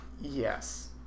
Yes